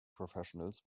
professionals